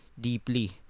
deeply